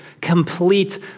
complete